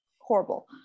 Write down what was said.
horrible